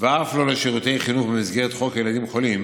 ואף לא לשירותי חינוך במסגרת חוק לילדים חולים